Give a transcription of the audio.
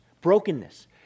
brokenness